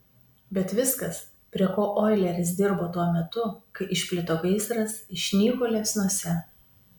bet viskas prie ko oileris dirbo tuo metu kai išplito gaisras išnyko liepsnose